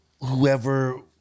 whoever